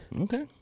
Okay